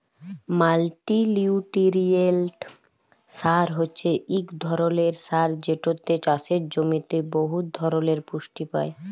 মাল্টিলিউটিরিয়েল্ট সার হছে ইক ধরলের সার যেটতে চাষের জমিতে বহুত ধরলের পুষ্টি পায়